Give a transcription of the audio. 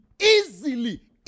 easily